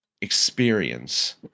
experience